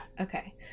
Okay